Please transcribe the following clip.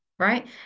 right